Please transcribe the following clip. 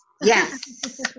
yes